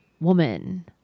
woman